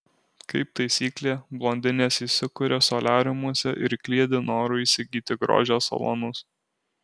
kaip taisyklė blondinės įsikuria soliariumuose ir kliedi noru įsigyti grožio salonus